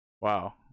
wow